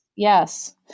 Yes